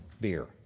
beer